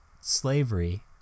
slavery